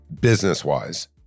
business-wise